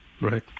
right